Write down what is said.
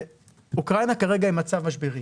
אוקראינה כרגע היא מצב משברי